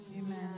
Amen